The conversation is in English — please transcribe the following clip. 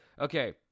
Okay